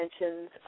mentions